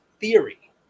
theory